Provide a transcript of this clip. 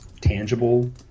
tangible